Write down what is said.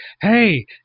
hey